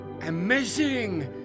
Amazing